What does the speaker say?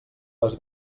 les